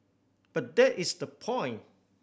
but that is the point